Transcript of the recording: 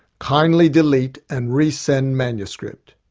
kindly delete and resend manuscript.